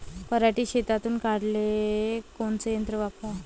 पराटी शेतातुन काढाले कोनचं यंत्र वापराव?